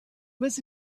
was